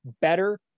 better